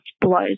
blows